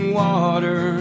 water